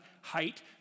height